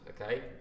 okay